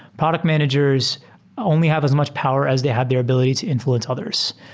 product managers only have as much power as they have their ability to influence others.